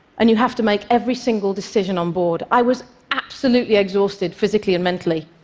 and you have to make every single decision on board. i was absolutely exhausted, physically and mentally.